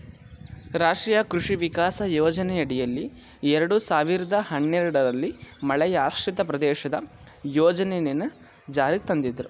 ರಾಷ್ಟ್ರೀಯ ಕೃಷಿ ವಿಕಾಸ ಯೋಜನೆಯಡಿಯಲ್ಲಿ ಎರಡ್ ಸಾವಿರ್ದ ಹನ್ನೆರಡಲ್ಲಿ ಮಳೆಯಾಶ್ರಿತ ಪ್ರದೇಶದ ಯೋಜನೆನ ಜಾರಿಗ್ ತಂದ್ರು